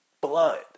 blood